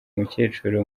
mukecuru